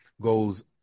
goes